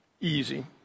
Easy